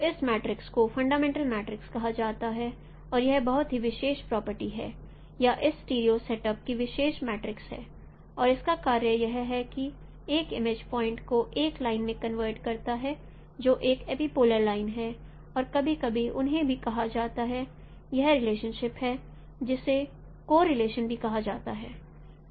तो इस मैट्रिक्स को फंडामेंटल मैट्रिक्स कहा जाता है और यह बहुत ही विशेष प्रॉपर्टी है या इस स्टीरियो सेटअप की विशेष मैट्रिक्स है और इसका कार्य यह है कि यह एक इमेज पॉइंट को एक लाइन में कन्वर्ट करता है जो एक एपिपोलर लाइन है और कभी कभी उन्हें भी कहा जाता है यह रिलेशनशिप है जिसे को रिलेशन भी कहा जाता है